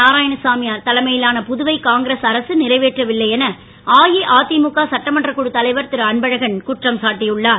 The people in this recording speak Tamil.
நாராயணசாமி தலைமையிலான புதுவை காங்கிரஸ் அரசு நிறைவேற்றவில்லை என அஇஅதிமுக சட்டமன்ற குழ தலைவர் திருஅன்பழகன் குற்றம் சாட்டியுள்ளார்